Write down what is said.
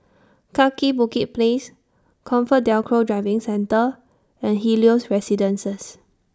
Kaki Bukit Place ComfortDelGro Driving Centre and Helios Residences